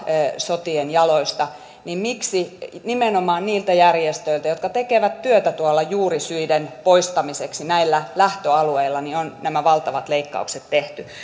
sotien jaloista niin miksi nimenomaan niiltä järjestöiltä jotka tekevät työtä juurisyiden poistamiseksi näillä lähtöalueilla on nämä valtavat leikkaukset tehty